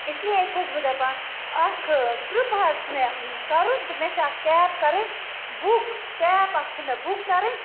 اِسلیے چھَس بہٕ دَپان اکھ ٹرٛپ حظ چھُ مےٚ کَرُن تہٕ مےٚ چھِ اکھ کیب کَرٕنۍ بُک کیب اَکھ چھِ مےٚ بُک کَرٕنۍ